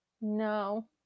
No